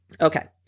Okay